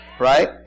Right